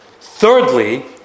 Thirdly